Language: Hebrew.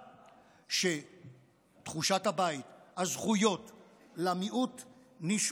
שתחושת הבית והזכויות למיעוט נשמרות.